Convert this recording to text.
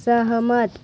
सहमत